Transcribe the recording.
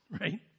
right